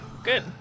Good